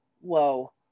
Whoa